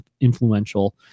influential